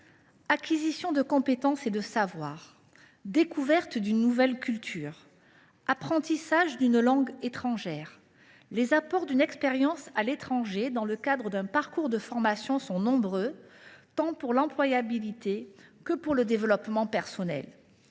acquisition de compétences et de savoirs, découverte d’une nouvelle culture, apprentissage d’une langue étrangère : les apports d’une expérience à l’étranger dans le cadre d’un parcours de formation sont nombreux, tant pour l’employabilité que pour le développement personnel